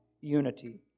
unity